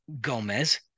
Gomez